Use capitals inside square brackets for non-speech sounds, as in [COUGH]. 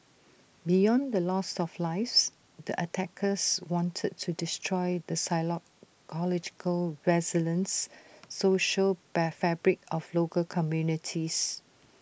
beyond the loss of lives the attackers wanted to destroy the psychological resilience social [NOISE] fabric of local communities